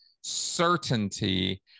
certainty